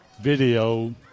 video